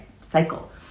cycle